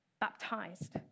baptized